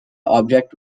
object